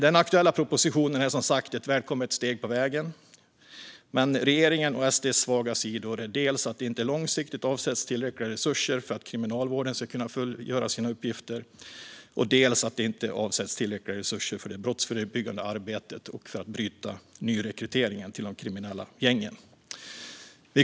Den aktuella propositionen är som sagt ett välkommet steg på vägen, men regeringens och SD:s svaga sidor är dels att det inte långsiktigt avsätts tillräckliga resurser för att Kriminalvården ska kunna fullgöra sina uppgifter, dels att det inte avsätts tillräckliga resurser för det brottsförebyggande arbetet och för att bryta nyrekryteringen till de kriminella gängen.